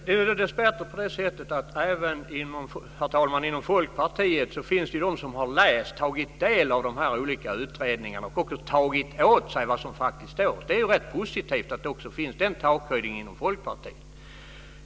Herr talman! Det är dessbättre på det sättet att det även inom Folkpartiet finns de som har tagit del av de olika utredningarna och också tagit åt sig vad som står där. Det är rätt positivt att den takhöjden finns också inom Folkpartiet.